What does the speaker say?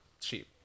cheap